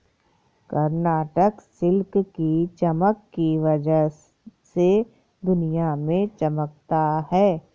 Karnataka silk की चमक की वजह से दुनिया में चमकता है